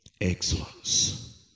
Excellence